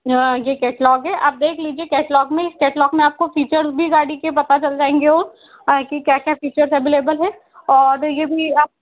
ये कैटलॉग है आप देख लीजिये कैटलॉग में कैटलॉग में आपको फीचर्स भी गाड़ी के पता चल जाएंगे और कि क्या क्या फीचर्स अवैलेबल हैं और ये भी आप